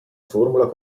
formula